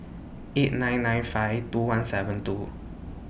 eight nine nine five two one seven two